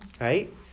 right